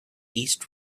east